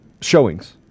showings